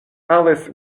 alice